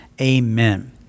amen